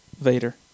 Vader